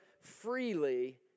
freely